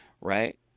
Right